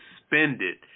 suspended